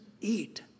eat